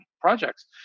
projects